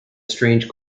strange